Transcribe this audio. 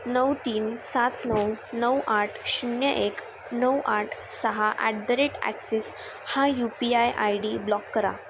नऊ तीन सात नऊ नऊ आठ शून्य एक नऊ आठ सहा ॲट द रेट ॲक्सिस हा U P I I D block करा